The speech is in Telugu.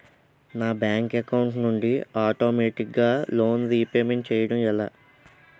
నా బ్యాంక్ అకౌంట్ నుండి ఆటోమేటిగ్గా లోన్ రీపేమెంట్ చేయడం ఎలా?